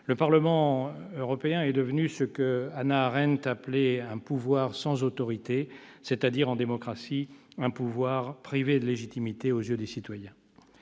Le Parlement européen est devenu ce qu'Hannah Arendt appelait « un pouvoir sans autorité », c'est-à-dire, en démocratie, un pouvoir privé de légitimité aux yeux des citoyens.